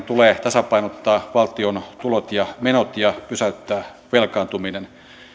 tulee tasapainottaa valtion tulot ja menot ja pysäyttää velkaantuminen